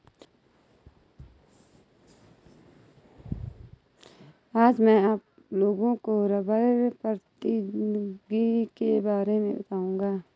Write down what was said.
आज मैं आप लोगों को रबड़ प्रौद्योगिकी के बारे में बताउंगा